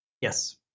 Yes